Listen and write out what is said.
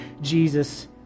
Jesus